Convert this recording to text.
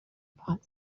part